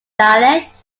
dialect